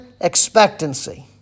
expectancy